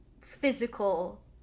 physical